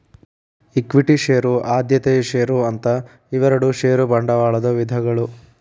equity ಷೇರು ಆದ್ಯತೆಯ ಷೇರು ಅಂತ ಇವೆರಡು ಷೇರ ಬಂಡವಾಳದ ವಿಧಗಳು